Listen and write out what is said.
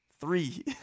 three